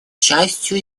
частью